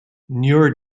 newer